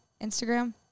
Instagram